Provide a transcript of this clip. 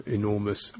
enormous